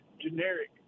generic